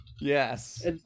Yes